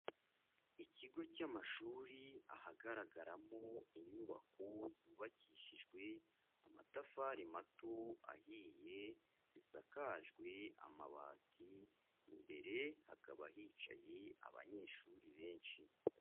Ikigo cy'amashuri ahagaragaramo inyubako zubakishijwe amatafari mato ahiye, zisakajwe amabati, imbere hakaba hicaye abanyeshuri benshi.